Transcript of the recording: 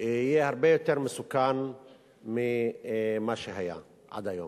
יהיה הרבה יותר מסוכן ממה שהיה עד היום.